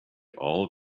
all